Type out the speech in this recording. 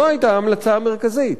זו היתה ההמלצה המרכזית.